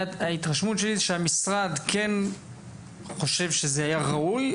ההתרשמות שלי היא שהמשרד כן חושב שזה היה ראוי,